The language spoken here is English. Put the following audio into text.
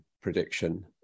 prediction